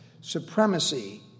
supremacy